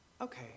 Okay